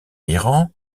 iran